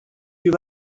you